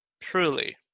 Truly